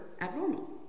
abnormal